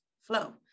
flow